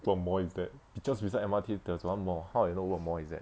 what mall is that just beside M_R_T there is one mall how I know what mall is that